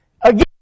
again